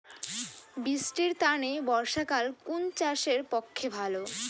বৃষ্টির তানে বর্ষাকাল কুন চাষের পক্ষে ভালো?